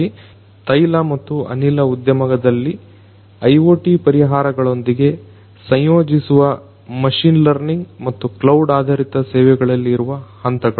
ಇವು ತೈಲ ಮತ್ತು ಅನಿಲ ಉದ್ಯಮದಲ್ಲಿ IoTಪರಿಹಾರಗಳೊಂದಿಗೆ ಸಂಯೋಜಿಸುವ ಮಷೀನ್ ಲರ್ನಿಂಗ್ ಮತ್ತು ಕ್ಲೌಡ್ ಆಧಾರಿತ ಸೇವೆಗಳಲ್ಲಿ ಇರುವ ಹಂತಗಳು